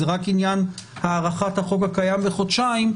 זה רק עניין הארכת החוק הקיים בחודשיים,